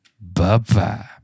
Bye-bye